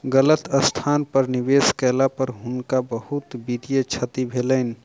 गलत स्थान पर निवेश केला पर हुनका बहुत वित्तीय क्षति भेलैन